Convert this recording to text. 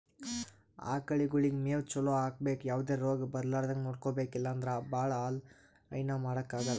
ಆಕಳಗೊಳಿಗ್ ಮೇವ್ ಚಲೋ ಹಾಕ್ಬೇಕ್ ಯಾವದೇ ರೋಗ್ ಬರಲಾರದಂಗ್ ನೋಡ್ಕೊಬೆಕ್ ಇಲ್ಲಂದ್ರ ಭಾಳ ಹಾಲ್ ಹೈನಾ ಮಾಡಕ್ಕಾಗಲ್